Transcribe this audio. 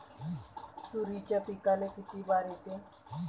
तुरीच्या पिकाले किती बार येते?